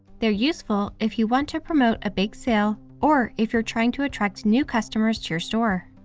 they're useful if you want to promote a big sale, or if you're trying to attract new customers to your store.